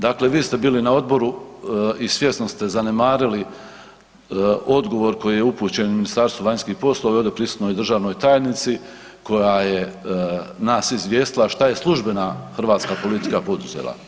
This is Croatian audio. Dakle, vi ste bili na odboru i svjesno ste zanemarili odgovor koji je upućen Ministarstvu vanjskih poslova i ovdje prisutnoj državnoj tajnici koja je nas izvijestila šta je službena hrvatska politika poduzela.